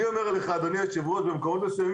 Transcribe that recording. במקומות מסוימים